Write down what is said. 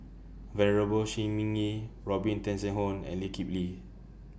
Venerable Shi Ming Yi Robin Tessensohn and Lee Kip Lee